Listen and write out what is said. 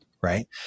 Right